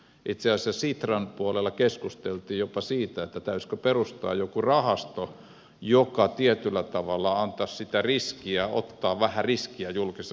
itse asiassa sitran puolella keskusteltiin jopa siitä täytyisikö perustaa joku rahasto joka tietyllä tavalla antaisi ottaa vähän sitä riskiä julkisessa hallinnossa